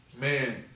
man